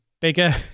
bigger